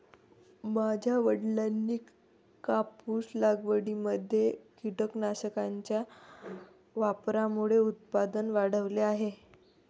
माझ्या वडिलांनी कापूस लागवडीमध्ये कीटकनाशकांच्या वापरामुळे उत्पादन वाढवले आहे